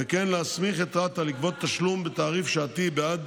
וכן להסמיך את רת"א לגבות תשלום בתעריף שעתי בעד